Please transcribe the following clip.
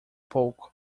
pouco